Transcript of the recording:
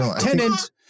Tenant